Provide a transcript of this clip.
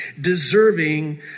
deserving